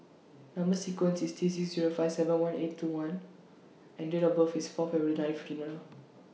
Number sequence IS T six Zero five seven one eight two one and Date of birth IS Fourth February nineteen